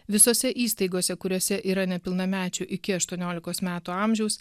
visose įstaigose kuriose yra nepilnamečių iki aštuoniolikos metų amžiaus